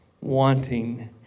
wanting